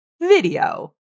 video